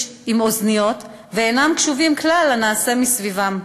עם אוזניות ואינם קשובים כלל לנעשה מסביבם.